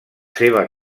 seva